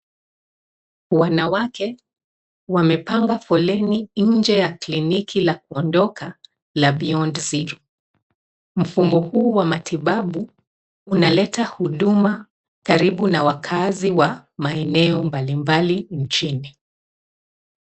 Wanawake wamepanga foleni nje ya kliniki la kuondoka la beyond zero .Mfumo huu wa matibabu unaleta huduma karibu na wakaazi wa maeneo mbalimbali nchini.